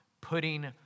putting